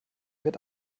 wird